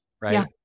right